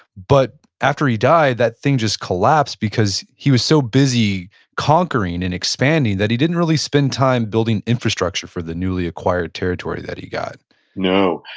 but after he died, that thing just collapsed, because he was so busy conquering and expanding that he didn't really spend time building infrastructure for the newly acquired territory that he got no,